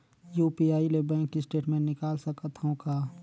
UPI ले bank statement निकाल सकत हवं का?